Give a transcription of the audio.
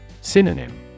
Synonym